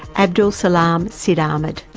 abdel salem sidahmed,